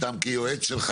סתם כיועץ שלך,